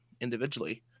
individually